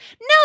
No